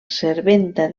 serventa